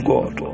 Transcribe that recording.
God